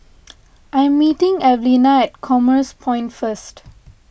I'm meeting Evelena at Commerce Point first